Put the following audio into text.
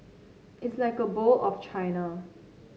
it's like a bowl of China